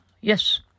Yes